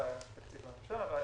לא היה תקציב מהממשלה.